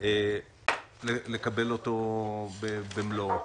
לקיים אותו במלואו.